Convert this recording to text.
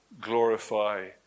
glorify